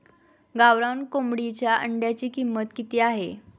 गावरान कोंबडीच्या अंड्याची किंमत किती आहे?